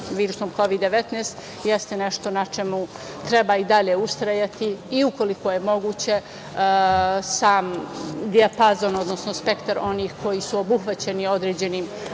virusom Kovid 19, jeste nešto na čemu treba i dalje ustrajati i ukoliko je moguće sam dijapazon, odnosno spektar onih koji su obuhvaćeni određenim